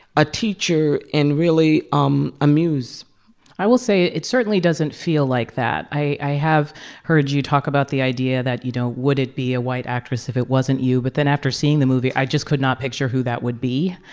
a teacher and, really, um a muse i will say it it certainly doesn't feel like that. i i have heard you talk about the idea that, you know, would it be a white actress if it wasn't you? but then after seeing the movie, i just could not picture who that would be,